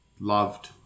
loved